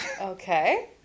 Okay